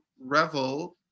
revel